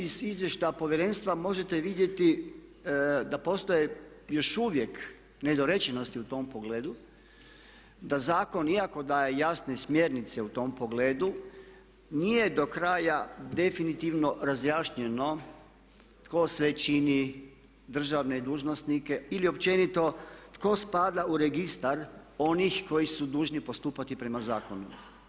Iz izvještaja Povjerenstva možete vidjeti da postoje još uvijek nedorečenosti u tom pogledu, da zakon iako daje jasne smjernice u tom pogledu nije do kraja definitivno razjašnjeno tko sve čini državne dužnosnike ili općenito tko spada u registar onih koji su dužni postupati prema zakonu.